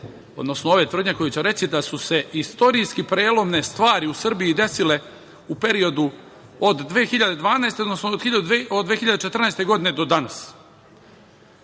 ove moje tvrdnje koje ću reći, da su se istorijski prelomne stvari u Srbiji desile u periodu od 2012, odnosno od 2014. godine do danas. Te